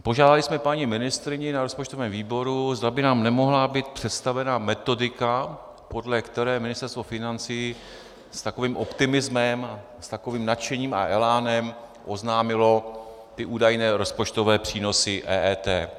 Požádali jsme paní ministryni na rozpočtovém výboru, zda by nám nemohla být představena metodika, podle které Ministerstvo financí s takovým optimismem a s takovým nadšením a elánem oznámilo ty údajné rozpočtové přínosy EET.